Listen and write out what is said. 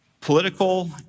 political